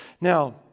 Now